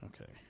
Okay